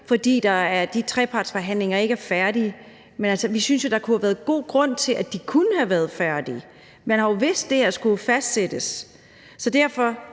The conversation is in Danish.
fordi de trepartsforhandlinger ikke er færdige. Men altså, vi synes jo, der er god grund til, at de kunne have været færdige. Man har jo vidst, at det her skulle fastsættes. Derfor